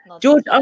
George